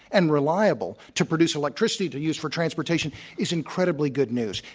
and reliable to produce electricity to use for transportation is incredibly good news.